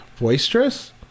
Boisterous